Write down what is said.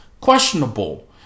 questionable